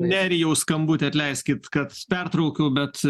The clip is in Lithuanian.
nerijaus skambutį atleiskit kad pertraukiau bet